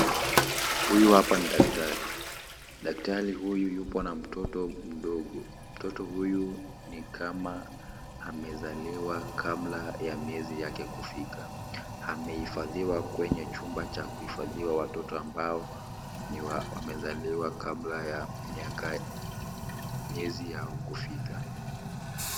Huyu hapa ni daktari, daktari huyu yupo na mtoto mdogo, mtoto huyu nikama amezaliwa kabla ya miezi yake kufika amehifadhiwa kwenye chumba cha kuhifadhia watoto ambao wamezaliwa kabla ya miaka, miezi yao kufika.